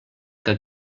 que